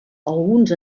alguns